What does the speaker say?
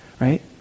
right